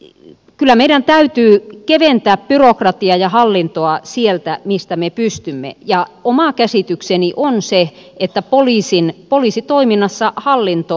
ei kyllä meidän täytyy pienentää byrokratia ja hallintoa sieltä mistä me pystymme ja oma käsitykseni on se että poliisin poliisitoiminnassa hallinto